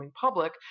public